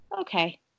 okay